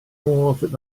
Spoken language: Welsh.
môr